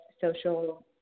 social